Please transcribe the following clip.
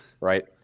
right